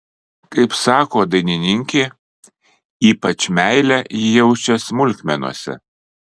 kaip sako dainininkė ypač meilę ji jaučia smulkmenose